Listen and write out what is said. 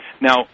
Now